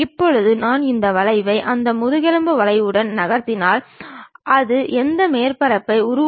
இவ்வாறாகவே ஒரு பொருளின் தோற்றங்கள் இரண்டு தளங்களில் காட்டப்படுகின்றன